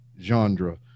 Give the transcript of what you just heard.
genre